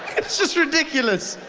it's just ridiculous